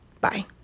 Bye